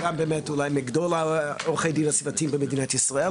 ומגדול עורכי הדין הסביבתי במדינת ישראל.